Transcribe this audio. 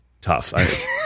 tough